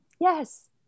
Yes